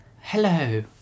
hello